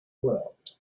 world